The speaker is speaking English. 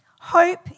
Hope